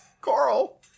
Carl